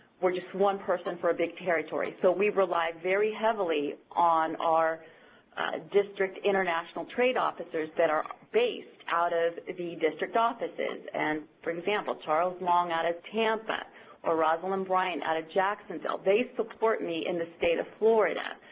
we're just one person for a big territory, so we rely very heavily on our district international trade officers that are based out of the district offices. and for example, charles long out of tampa or rosalind bryant out of jacksonville. they support me in the state of florida,